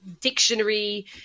dictionary